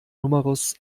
numerus